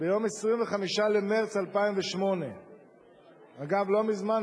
ביום 25 במרס 2008. אגב, לא מזמן.